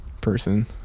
person